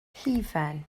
hufen